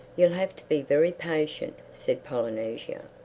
you'll have to be very patient, said polynesia.